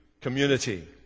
community